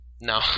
No